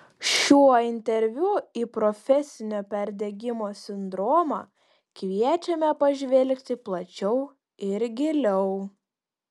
šiuo interviu į profesinio perdegimo sindromą kviečiame pažvelgti plačiau ir giliau